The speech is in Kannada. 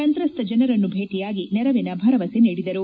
ಸಂತ್ರಸ್ತ ಜನರನ್ನು ಭೇಟಿಯಾಗಿ ನೆರವಿನ ಭರವಸೆ ನೀಡಿದರು